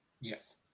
Yes